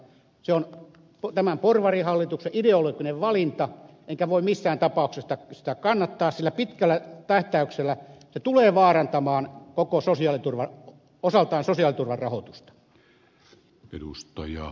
se on tämän porvarihallituksen ideologinen valinta enkä voi missään tapauksessa sitä kannattaa sillä pitkällä tähtäyksellä se tulee vaarantamaan osaltaan sosiaaliturvan rahoitusta